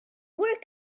work